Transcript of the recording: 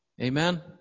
Amen